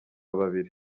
babiri